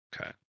Okay